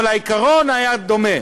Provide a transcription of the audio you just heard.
אבל העיקרון היה דומה.